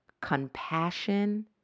compassion